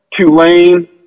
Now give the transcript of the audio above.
Tulane